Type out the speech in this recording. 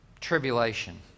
tribulation